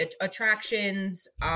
attractions